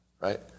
right